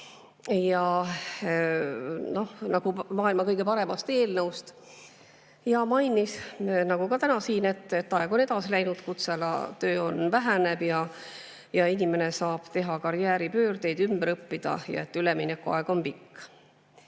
nagu maailma kõige paremast eelnõust. Mainis, nagu ka täna siin, et aeg on edasi läinud, [teatud] kutsealadel töö väheneb ja inimene saab teha karjääripöördeid, ümber õppida, ja et üleminekuaeg on pikk.